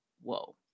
whoa